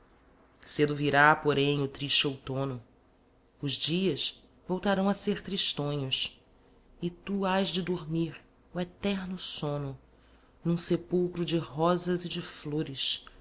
cedo virá porém o tiste outono os dias voltarão a ser tristonhos e tu hás de dormir o eterno sono num sepulcro de rosas e de flores